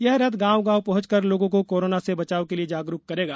यह रथ गांव गांव पहुंचकर लोगों को कोरोना से बचाव के लिए जागरूक करेगा